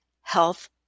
Health